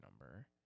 number